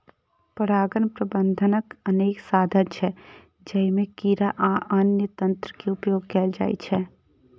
परागण प्रबंधनक अनेक साधन छै, जइमे कीड़ा आ अन्य तंत्र के उपयोग कैल जाइ छै